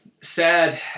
Sad